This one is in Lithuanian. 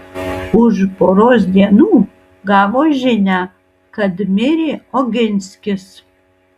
už poros dienų gavo žinią kad mirė oginskis